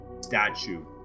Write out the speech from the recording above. statue